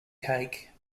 cake